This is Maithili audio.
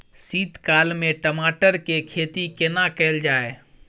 शीत काल में टमाटर के खेती केना कैल जाय?